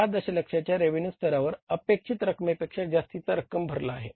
6 दशलक्षाच्या रेव्हेन्यू स्तरावर अपेक्षित रक्कमेपेक्षा जास्तीची रक्कम भरली आहे